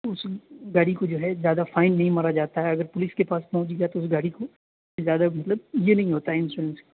تو اس گاڑی کو جو ہے زیادہ فائن نہیں مارا جاتا ہے اگر پولیس کے پاس پہنچ گیا تو گاڑی کو زیادہ مطلب یہ نہیں ہوتا ہے انشورینس